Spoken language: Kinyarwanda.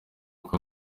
kuko